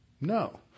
No